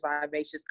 Vivacious